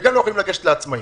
וגם לא יכולים לגשת לעצמאים.